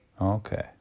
Okay